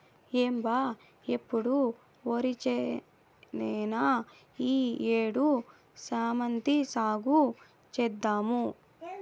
ఏం బా ఎప్పుడు ఒరిచేనేనా ఈ ఏడు శామంతి సాగు చేద్దాము